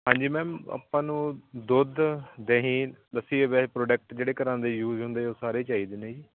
ਹਾਂਜੀ ਮੈਮ ਆਪਾਂ ਨੂੰ ਦੁੱਧ ਦਹੀਂ ਲੱਸੀ ਵੈਸੇ ਪ੍ਰੋਡਕਟ ਜਿਹੜੇ ਘਰਾਂ ਦੇ ਯੂਜ ਹੁੰਦੇ ਆ ਉਹ ਸਾਰੇ ਚਾਹੀਦੇ ਨੇ ਜੀ